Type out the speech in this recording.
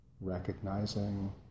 recognizing